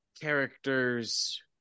characters